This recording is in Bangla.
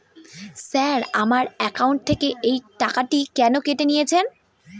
স্যার আমার একাউন্ট থেকে এই টাকাটি কেন কেটে নিয়েছেন?